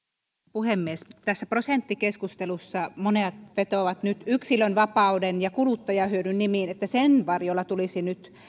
puhemies tässä prosenttikeskustelussa monet vetoavat nyt yksilönvapauden ja kuluttajahyödyn nimiin että sen varjolla tulisi nyt